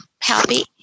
happy